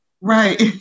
Right